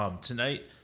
tonight